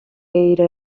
era